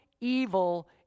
evil